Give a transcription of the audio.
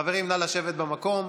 חברים, נא לשבת במקום.